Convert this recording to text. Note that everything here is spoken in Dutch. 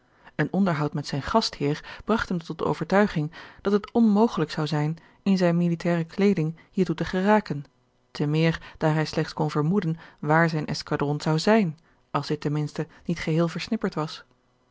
een onderhoud met zijn gastheer bragt hem tot de overtuiging dat het onmogelijk zou zijn in zijne militaire kleeding hiertoe te geraken te meer daar hij slechts kon vermoeden waar zijn escadron zou zijn als dit ten minste niet geheel versnipperd was